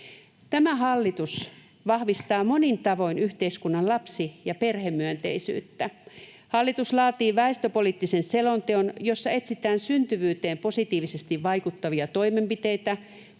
Tämä hallitus vahvistaa monin tavoin yhteiskunnan lapsi‑ ja perhemyönteisyyttä. Hallitus laatii väestöpoliittisen selonteon, jossa etsitään syntyvyyteen positiivisesti vaikuttavia toimenpiteitä,